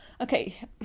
Okay